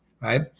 right